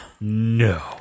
no